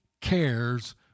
cares